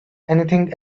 anything